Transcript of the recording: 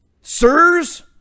SIRS